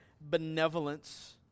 benevolence